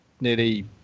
nearly